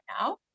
now